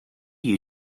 you